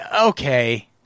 Okay